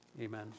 Amen